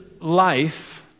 life